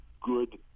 good